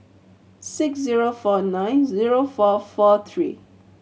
six zero four nine zero four four three